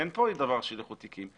פה אין דבר של איחוד תיקים,